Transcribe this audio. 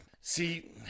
see